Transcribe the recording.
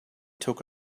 took